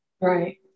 Right